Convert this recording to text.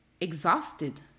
exhausted